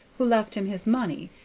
who left em his money,